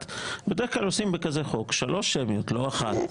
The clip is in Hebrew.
בדרך כלל עושים בחוק כזה שלוש שמיות ולא אחת.